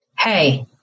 Hey